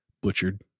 Butchered